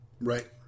right